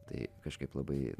tai kažkaip labai